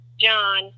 John